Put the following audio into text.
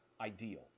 ideal